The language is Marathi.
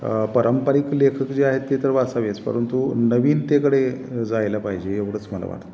पारंपरिक लेखक जे आहेत ते तर वाचावेच परंतु नवीनतेकडे जायला पाहिजे एवढंच मला वाटतं